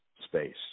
space